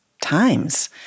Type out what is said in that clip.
times